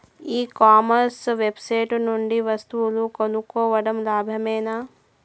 ఈ commerce website నుండి వస్తువులు కొనడం లాభమేనా?